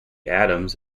adams